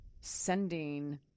sending